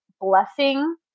blessing